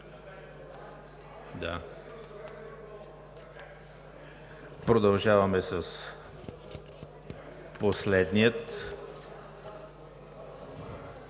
Продължаваме с последния